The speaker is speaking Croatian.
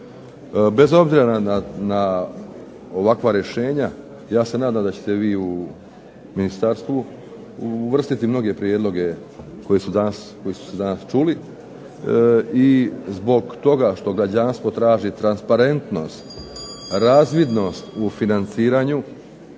Bez obzira na ovakva rješenja ja se nadam da ćete vi u ministarstvu uvrstiti mnoge prijedloge koji su se danas čuli i zbog toga što građanstvo traži transparentnost, razvidnost u financiranju